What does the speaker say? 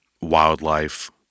wildlife